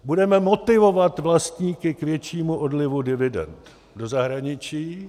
Budeme motivovat vlastníky k většímu odlivu dividend do zahraničí.